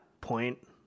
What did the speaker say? point